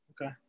Okay